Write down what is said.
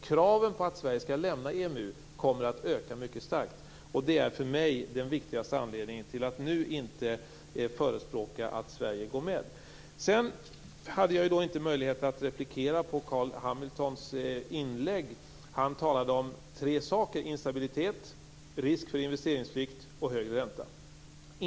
Kraven på att Sverige skall lämna EMU kommer att öka mycket starkt, och det är för mig den viktigaste anledningen till att nu inte förespråka att Sverige skall gå med. Jag hade inte möjlighet att replikera på Carl B Hamiltons inlägg. Han talade om tre saker: instabilitet, risk för investeringssvikt och högre ränta.